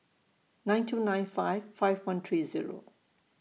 nine two nine five five one three Zero